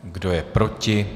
Kdo je proti?